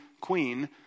queen